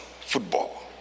football